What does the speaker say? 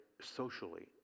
socially